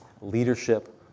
leadership